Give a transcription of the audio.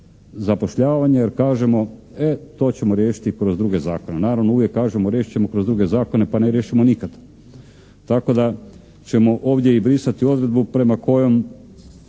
zapošljavanje, jer kažemo e to ćemo riješiti kroz druge zakone. Naravno, uvijek kažemo riješit ćemo kroz druge zakone pa ne riješimo nikad. Tako da ćemo ovdje i brisati odredbu prema kojoj